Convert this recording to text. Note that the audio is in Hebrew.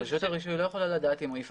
רשות הרישוי לא יכולה לדעת אם הוא יפעל או לא.